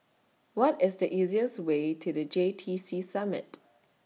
What IS The easiest Way to The J T C Summit